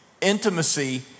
intimacy